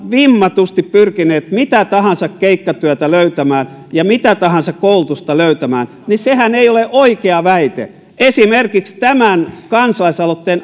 vimmatusti pyrkinyt mitä tahansa keikkatyötä löytämään ja mitä tahansa koulutusta löytämään niin sehän ei ole oikea väite esimerkiksi tämän kansalais aloitteen